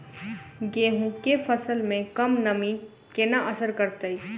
गेंहूँ केँ फसल मे कम नमी केना असर करतै?